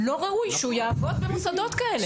לא ראוי שהוא יעבוד במוסדות כאלה.